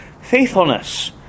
faithfulness